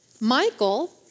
Michael